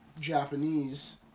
Japanese